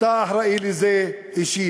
אתה אחראי לזה אישית.